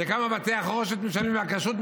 וכמה בתי החרושת משלמים על כשרות,